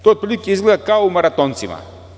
To otprilike izgleda kao u maratoncima.